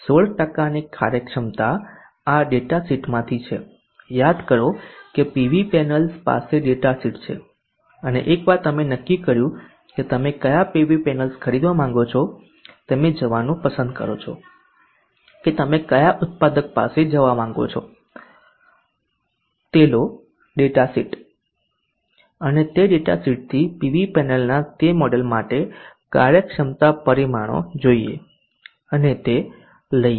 16 ની કાર્યક્ષમતા આ ડેટાશીટમાંથી છે યાદ કરો કે પીવી પેનલ્સ પાસે ડેટા શીટ છે અને એકવાર તમે નક્કી કર્યું કે તમે કયા પીવી પેનલ્સ ખરીદવા માંગો છો તમે જવાનું પસંદ કરો છો કે તમે કયા ઉત્પાદક પાસે જવા માંગો છો તે લો ડેટા શીટ અને તે ડેટાશીટથી પીવી પેનલના તે મોડેલ માટે કાર્યક્ષમતા પરિમાણો જોઈએ અને તે લઈએ